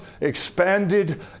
expanded